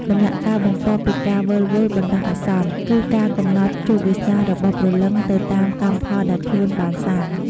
ដំណាក់កាលបន្ទាប់ពីការវិលវល់បណ្ដោះអាសន្ន គឺការកំណត់ជោគវាសនារបស់ព្រលឹងទៅតាមកម្មផលដែលខ្លួនបានសាង។